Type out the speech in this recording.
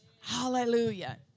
Hallelujah